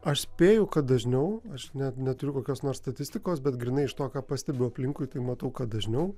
aš spėju kad dažniau aš net neturiu kokios nors statistikos bet grynai iš to ką pastebiu aplinkui tai matau kad dažniau